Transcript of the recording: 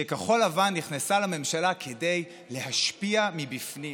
שכחול לבן נכנסה לממשלה כדי להשפיע מבפנים.